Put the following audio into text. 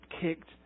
kicked